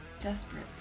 desperate